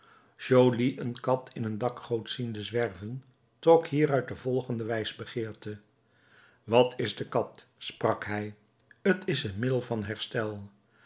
joly een kat in een dakgoot ziende zwerven trok hieruit de volgende wijsbegeerte wat is de kat sprak hij t is een middel van herstel